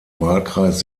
wahlkreis